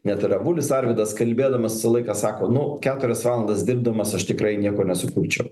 net ir avulis arvydas kalbėdamas visą laiką sako nu keturias valandas dirbdamas aš tikrai nieko nesukurčiau